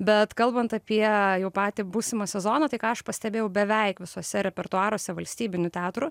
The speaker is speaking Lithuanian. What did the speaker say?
bet kalbant apie jau patį būsimą sezoną tai ką aš pastebėjau beveik visose repertuaruose valstybinių teatrų